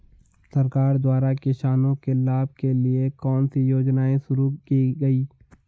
सरकार द्वारा किसानों के लाभ के लिए कौन सी योजनाएँ शुरू की गईं?